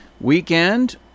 weekend